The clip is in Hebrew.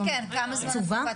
שוב,